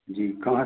जी कहाँ